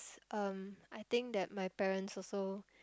um I think that my parents also